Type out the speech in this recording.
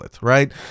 Right